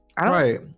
Right